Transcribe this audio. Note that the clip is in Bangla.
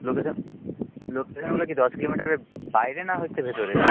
লোকেশান লোকেশানগুলো কি দশ কিলোমিটারের বাইরে না হচ্ছে ভেতরে